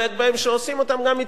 שעושים אותם גם מתיישבים,